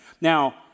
Now